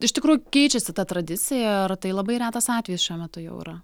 iš tikrųjų keičiasi ta tradicija ir tai labai retas atvejis šiuo metu jau yra